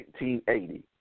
1980